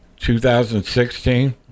2016